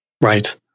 Right